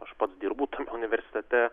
aš pats dirbu tam universitete